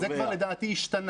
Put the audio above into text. לא, זה כבר לדעתי השתנה.